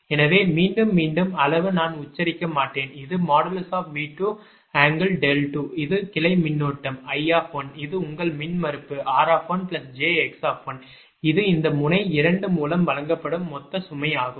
எனவே மீண்டும் மீண்டும் அளவு நான் உச்சரிக்க மாட்டேன் இது V22 இது கிளை மின்னோட்டம் I இது உங்கள் மின்மறுப்பு r1jx இது இந்த முனை 2 மூலம் வழங்கப்படும் மொத்த சுமை ஆகும்